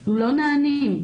נענות.